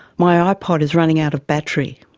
my ipod is running out of battery.